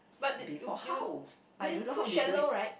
but the you you s~ too shallow right